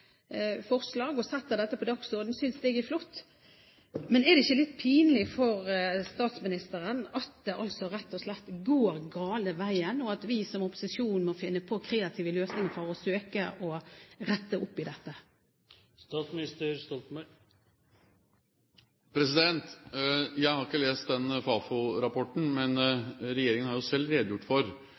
forslag og setter dette på dagsordenen, synes jeg er flott. Men er det ikke litt pinlig for statsministeren at det rett og slett går den gale veien, og at vi som opposisjon må finne på kreative løsninger for å søke å rette opp i dette? Jeg har ikke lest den Fafo-rapporten, men regjeringen har jo selv redegjort for